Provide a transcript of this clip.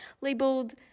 labeled